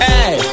Hey